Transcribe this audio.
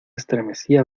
estremecía